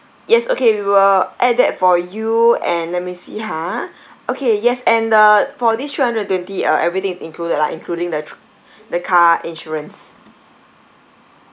yes okay we will add that for you and let me see ha okay yes and uh for this three hundred and twenty uh everything is included lah including the the car insurance